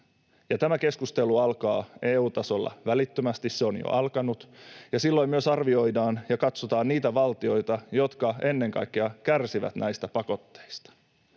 Tämä keskustelu alkaa EU-tasolla välittömästi — se on jo alkanut — ja silloin myös arvioidaan ja katsotaan niitä valtioita, jotka ennen kaikkea kärsivät näistä pakotteista.